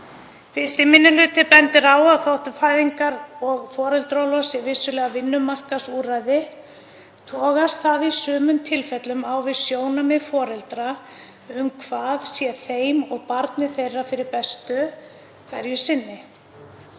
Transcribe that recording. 1. minni hluti bendir á að þótt fæðingar- og foreldraorlof sé vissulega vinnumarkaðsúrræði togast það í sumum tilfellum á við sjónarmið foreldra um hvað sé þeim og barni þeirra fyrir bestu hverju sinni.